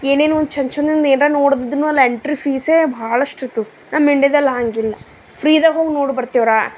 ಏನೇನೊ ಚಂದ್ ಚೆನ್ನಂದ್ ಏನರ ನೋಡೋದಿದ್ರುನು ಅಲ್ಲಿ ಎಂಟ್ರಿ ಫೀಸೇ ಬಹಳಷ್ಟಿರ್ತತಿ ನಮ್ಮ ಇಂಡಿಯಾದಲ್ಲಿ ಹಾಗಿಲ್ಲ ಫ್ರೀದಾಗ ಹೋಗಿ ನೋಡಿ ಬರ್ತಿವ್ರಾ